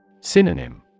Synonym